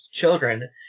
children